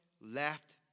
left